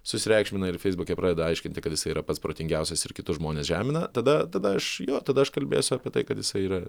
susireikšmina ir feisbuke pradeda aiškinti kad jisai yra pats protingiausias ir kitus žmones žemina tada tada aš jo tada aš kalbėsiu apie tai kad jisai yra